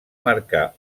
marcar